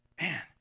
Man